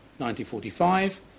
1945